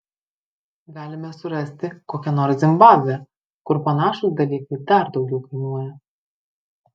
galime surasti kokią nors zimbabvę kur panašūs dalykai dar daugiau kainuoja